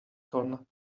con